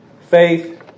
faith